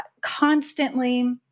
constantly